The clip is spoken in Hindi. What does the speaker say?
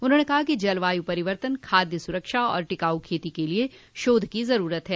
उन्होंने कहा कि जलवायू परिवर्तन खादय सुरक्षा और टिकाऊ खेती के लिये शोध की जरूरत है